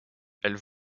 elles